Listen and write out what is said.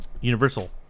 Universal